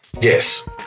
Yes